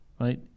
right